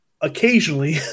occasionally